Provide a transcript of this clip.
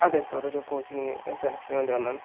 അതെ സാർ ഒരു കോച്ചിംഗ് സെലക്ഷന് വേണ്ടി വന്ന ആണ്